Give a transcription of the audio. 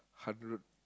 hundred